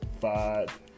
five